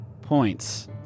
points